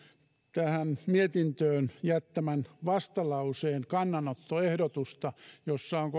tähän mietintöön jättämää vastalauseen kannanottoehdotusta jossa on